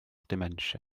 dementia